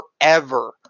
forever